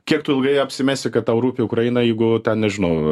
kiek tu ilgai apsimesi kad tau rūpi ukraina jeigu ten nežinau